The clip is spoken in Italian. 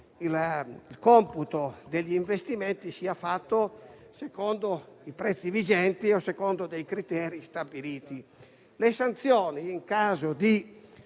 il computo degli investimenti sia fatto secondo i prezzi vigenti o secondo criteri stabiliti. Le sanzioni, in caso di